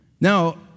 Now